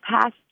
past